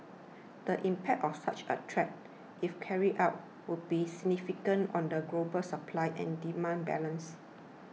the impact of such a threat if carried out would be significant on the global supply and demand balance